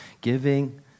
giving